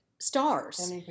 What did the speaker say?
stars